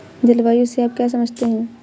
जलवायु से आप क्या समझते हैं?